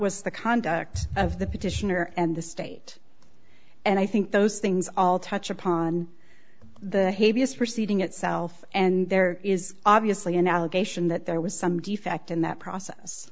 was the conduct of the petitioner and the state and i think those things all touch upon the heaviest proceeding itself and there is obviously an allegation that there was some defect in that process